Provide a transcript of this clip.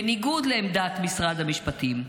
בניגוד לעמדת משרד המשפטים,